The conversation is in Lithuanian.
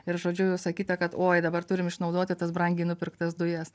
ir žodžiu sakyta kad oi dabar turim išnaudoti tas brangiai nupirktas dujas